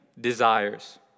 desires